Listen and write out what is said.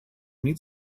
meet